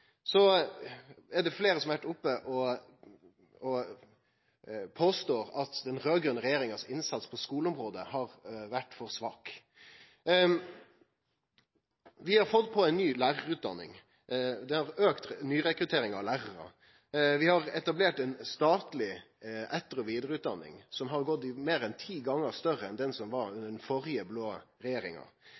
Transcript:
er fleire som har påstått at innsatsen til den raud-grøne regjeringa på skuleområdet, har vore for svak. Vi har fått på plass ei ny lærarutdanning. Det har auka nyrekrutteringa av lærarar. Vi har etablert ei statleg etter- og vidareutdanning som har vore meir enn ti gonger større enn den som var under den førre blå regjeringa.